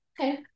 Okay